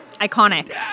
Iconic